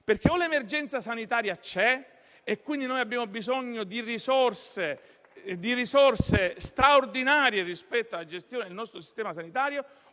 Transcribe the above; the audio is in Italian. perché o l'emergenza sanitaria c'è e quindi abbiamo bisogno di risorse straordinarie rispetto alla gestione del nostro sistema sanitario,